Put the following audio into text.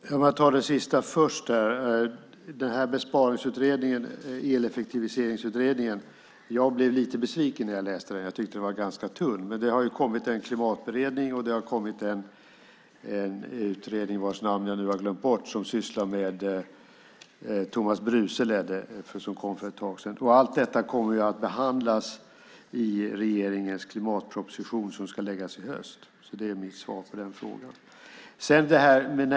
Herr talman! Jag tar det sista först. Jag blev lite besviken när jag läste Energieffektiviseringsutredningens delbetänkande. Jag tyckte att den var tunn. Det har kommit ett betänkande från Klimatberedningen, och det har kommit en utredning - vars namn jag har nu glömt bort - ledd av Tomas Bruce. Allt detta kommer att behandlas i regeringens klimatproposition som ska läggas fram i höst. Det är mitt svar på den frågan.